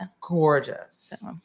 gorgeous